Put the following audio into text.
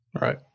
Right